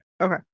Okay